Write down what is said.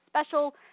special